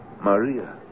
Maria